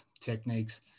techniques